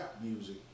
music